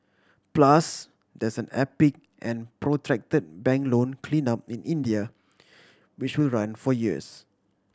plus there's an epic and protracted bank loan clean up in India which will run for years